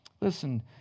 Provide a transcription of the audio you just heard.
Listen